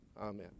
Amen